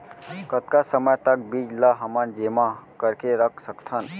कतका समय तक बीज ला हमन जेमा करके रख सकथन?